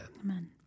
amen